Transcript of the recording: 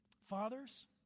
Fathers